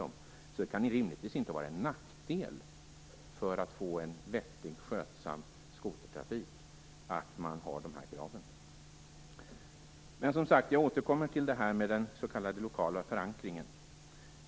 Dessa krav kan rimligtvis inte vara en nackdel om man vill få en vettig och skötsam skotertrafik. Jag återkommer till den s.k. lokala förankringen.